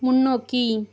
முன்னோக்கி